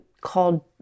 called